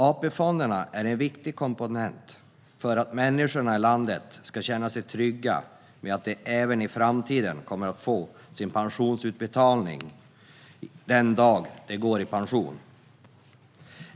AP-fonderna är en viktig komponent för att människorna i landet ska känna sig trygga med att de även i framtiden kommer att få sin pensionsutbetalning den dag de går i pension.